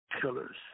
killers